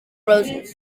roses